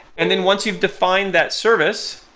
and then once you've defined that service,